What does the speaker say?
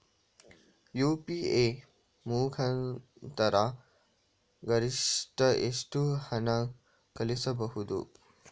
UPI ಮುಖಾಂತರ ಗರಿಷ್ಠ ಎಷ್ಟು ಹಣ ಕಳಿಸಬಹುದು?